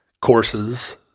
courses